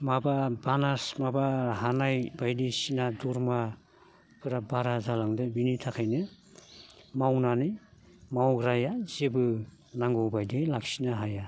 माबा बानास माबा हानाय बायदिसिना दरमाफोरा बारा जालांदों बिनि थाखायनो मावनानै मावग्राया जेबो नांगौ बायदि लाखिनो हाया